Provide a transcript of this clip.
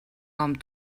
com